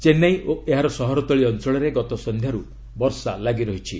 ଚେନ୍ନାଇ ଓ ଏହାର ସହରତଳି ଅଞ୍ଚଳରେ ଗତ ସଂଧ୍ୟାରୁ ବର୍ଷା ଲାଗିରହିଛି